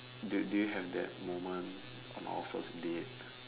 do do you have that moment on our first date